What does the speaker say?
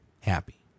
happy